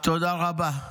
תודה רבה.